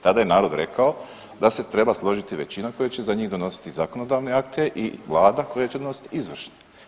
Tada je narod rekao da se treba složiti većina koja će za njih donositi zakonodavne akte i vlada koja će donositi izvršne.